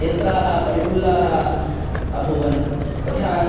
नेत्रे प्रफुल्ले अभूतां तथा